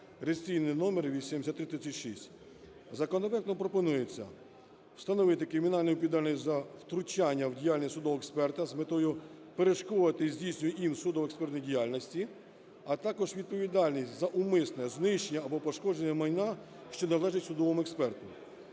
(реєстраційний номер 8336). Законопроектом пропонується встановити кримінальну відповідальність за втручання в діяльність судового експерта з метою перешкод у здійсненні їм судово-експертної діяльності. А також відповідальність за умисне знищення або пошкодження майна, що належить судовому експерту.